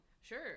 sure